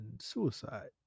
suicide